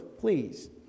please